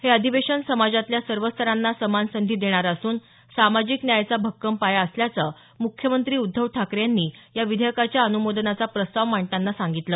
हे विधेयक समाजातल्या सर्व स्तरांना समान संधी देणारं असून सामाजिक न्यायाचा भक्कम पाया असल्याचं मुख्यमंत्री उद्धव ठाकरे यांनी या विधेयकाच्या अनुमोदनाचा प्रस्ताव मांडताना सांगितलं